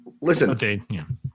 Listen